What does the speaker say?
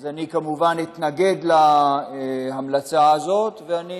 אז אני כמובן אתנגד להמלצה הזאת, ואני